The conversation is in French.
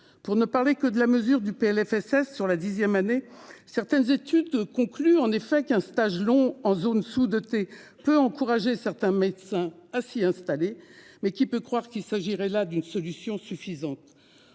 pour ne parler que de la mesure du PLFSS sur la dixième année certaines études concluent en effet qu'un stage long en zones sous-dotées peut encourager certains médecins à s'y installer. Mais qui peut croire qu'il s'agirait là d'une solution suffisante.